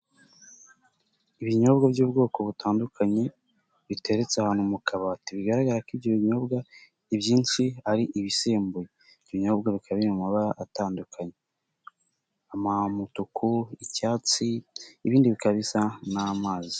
Ibinyobwa by'ubwoko butandukanye, biteretse ahantu mu kabati, bigaragara ko ibyo binyobwa, ibyinshi ari ibisembuye, ibinyobwa bikaba biri mu mabara atandukanye, umutuku icyatsi, ibindi bikaba bisa n'amazi.